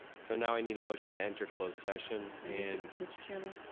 so now i need a motion to enter closed session, and mr. chairman?